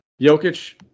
Jokic